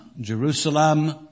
Jerusalem